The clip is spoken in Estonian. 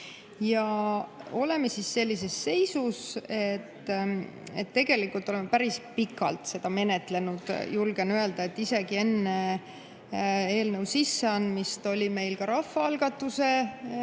Oleme sellises seisus, et tegelikult on päris pikalt seda menetletud. Julgen öelda, et isegi enne eelnõu sisseandmist oli meil ka rahvaalgatuse